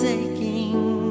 aching